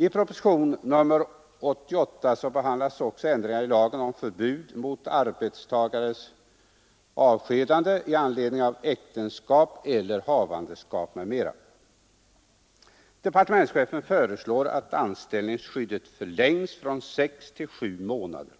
I propositionen 88 behandlas också ändringar i lagen om förbud mot arbetstagares avskedande i anledning av äktenskap, havandeskap m. m Departementschefen föreslår, att anställningsskyddet förlänges från sex till sju månader.